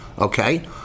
Okay